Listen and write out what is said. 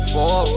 Four